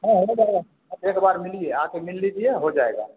हाँ हो जाएगा आप एक बार मिलिए आ के मिल लीजिए हो जाएगा